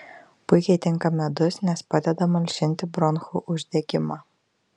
puikiai tinka medus nes padeda malšinti bronchų uždegimą